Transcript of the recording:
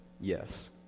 yes